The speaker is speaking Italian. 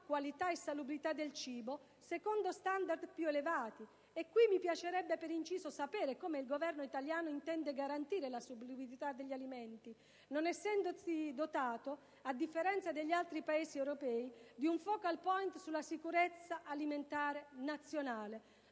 qualità e salubrità del cibo secondo standard più elevati. A tale proposito, mi piacerebbe sapere come il Governo italiano intenda garantire la salubrità degli alimenti, non essendosi dotato, a differenza degli altri Paesi europei, di un *focal point* sulla sicurezza alimentare nazionale.